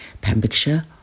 Pembrokeshire